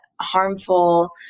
harmful